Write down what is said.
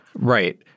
Right